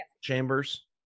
chambers